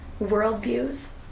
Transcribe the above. worldviews